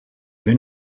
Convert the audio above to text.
ben